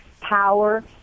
power